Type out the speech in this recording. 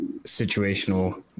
situational